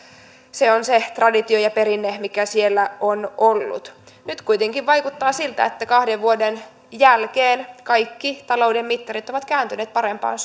se on se traditio ja perinne mikä siellä on ollut nyt kuitenkin vaikuttaa siltä että kahden vuoden jälkeen kaikki talouden mittarit ovat kääntyneet parempaan